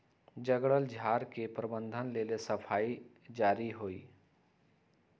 जङगल झार के प्रबंधन लेल सफाई जारुरी हइ